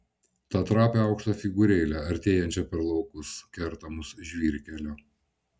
tą trapią aukštą figūrėlę artėjančią per laukus kertamus žvyrkelio